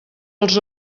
els